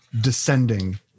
descending